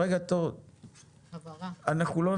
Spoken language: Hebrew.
אנחנו לא